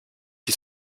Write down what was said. qui